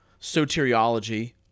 soteriology